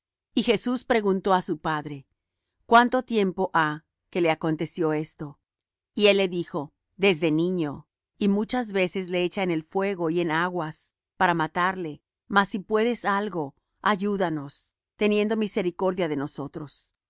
y jesús preguntó á su padre cuánto tiempo há que le aconteció esto y él dijo desde niño y muchas veces le echa en el fuego y en aguas para matarle mas si puedes algo ayúdanos teniendo misericordia de nosotros